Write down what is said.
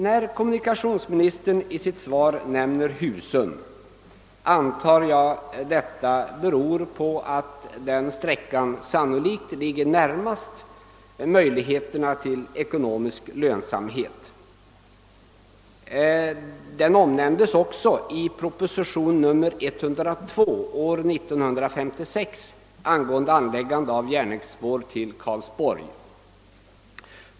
När kommunikationsministern i sitt svar nämner Husum, antar jag att detta beror på att den sträckan sannolikt befinner sig närmast möjligheterna till transportekonomisk lönsamhet. Den omnämndes också i propositionen 102 år 1956 angående anläggande av järnvägsspår till Karlsborg.